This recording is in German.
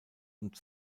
und